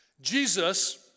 Jesus